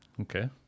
Okay